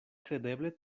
kredeble